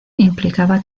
implicaba